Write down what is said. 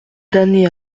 damnée